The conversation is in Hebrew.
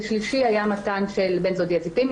והשלישי, היה מתן ואליום,